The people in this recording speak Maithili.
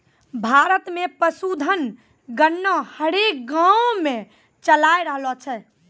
भारत मे पशुधन गणना हरेक गाँवो मे चालाय रहलो छै